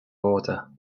order